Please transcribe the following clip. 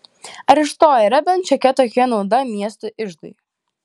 ar iš to yra bent šiokia tokia nauda miesto iždui